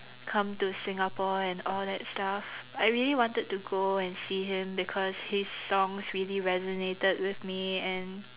come to Singapore and all that stuff I really wanted to go and see him because his songs really resonated with me and